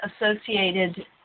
associated